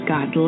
God